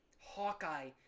Hawkeye